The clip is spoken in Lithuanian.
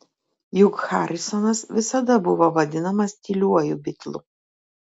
juk harrisonas visada buvo vadinamas tyliuoju bitlu